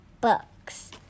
books